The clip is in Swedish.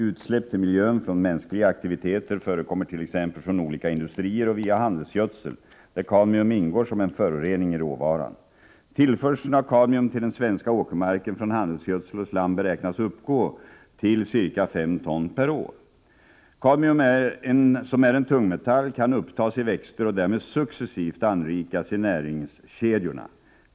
Utsläpp till miljön från mänskliga aktiviteter förekommer 28 maj 1985 t.ex. från olika industrier och via handelsgödsel, där kadmium ingår som en från handelsgödsel och slam beräknas uppgå till ca 5 ton per år. minska kadmium Kadmium, som är en tungmetall, kan upptas i växter och därmed = halten iåkermarsuccessivt anrikas i näringskedjorna.